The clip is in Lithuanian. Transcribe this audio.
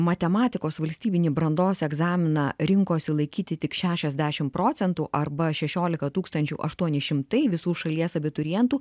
matematikos valstybinį brandos egzaminą rinkosi laikyti tik šešiasdešimt procentų arba šešiolika tūkstančių aštuoni šimtai visų šalies abiturientų